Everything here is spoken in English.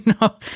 No